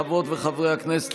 חברות וחברי הכנסת,